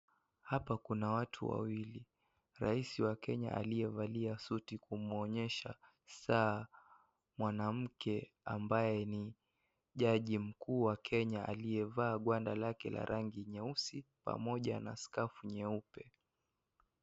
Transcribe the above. Hapa kuna watu wawili. Rais wa Kenya aliyevalia suti kumuonyesha saa mwanamke ambaye ni jaji mkuu wa Kenya aliyevaa bwanda lake la rangi nyeusi, pamoja na skafu nyeupe.